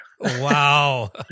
Wow